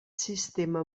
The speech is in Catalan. sistema